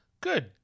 good